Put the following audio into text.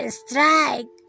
strike